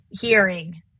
hearing